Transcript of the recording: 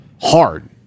hard